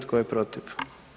Tko je protiv?